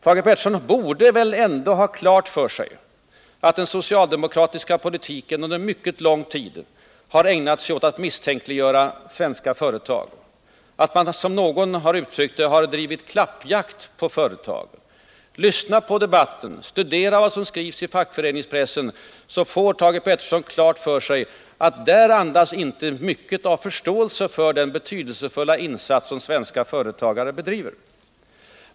Thage Peterson borde väl ändå ha klart för sig att den socialdemokratisxa politiken under en mycket lång tid har ägnat sig åt att misstänkliggöra svenska företag, att man, som någon har uttryckt det, har bedrivit ”klappjakt” på företagen. Lyssna på debatten och studera vad som skrivs i fackföreningspressen, så får Thage Peterson klart för sig att det där inte andas mycket av förståelse för den betydelsefulla insats som svenska företagare bedriver.